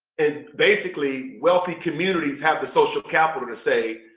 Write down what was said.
it's basically wealthy communities have the social capital to say,